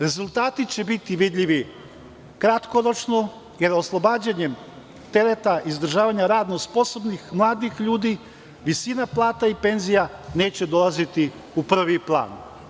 Rezultati će biti vidljivi kratkoročno, jer oslobađanjem tereta izdržavanja radno sposobnih mladih ljudi, visina plata i penzija neće dolaziti u prvi plan.